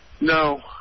no